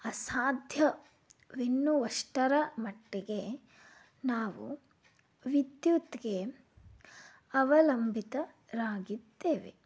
ಅಸಾಧ್ಯವೆನ್ನುವಷ್ಟರ ಮಟ್ಟಿಗೆ ನಾವು ವಿದ್ಯುತ್ಗೆ ಅವಲಂಬಿತರಾಗಿದ್ದೇವೆ